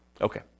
Okay